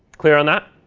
clear on that?